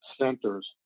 centers